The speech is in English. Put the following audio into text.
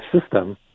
system